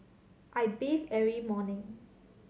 I bathe every morning